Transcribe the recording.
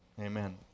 amen